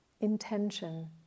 intention